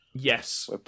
Yes